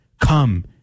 Come